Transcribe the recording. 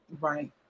right